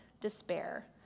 despair